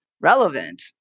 Relevant